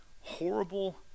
horrible